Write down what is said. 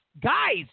Guys